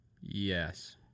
Yes